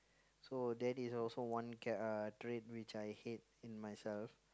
so that is also one cha~ uh trait which I hate in myself